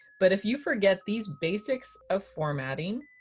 but if you forget these basics of formatting,